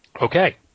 Okay